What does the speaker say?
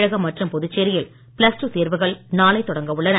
தமிழகம் மற்றும் புதுச்சேரியில் plus two தேர்வுகள் நாளை தொடங்க உள்ளன